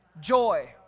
joy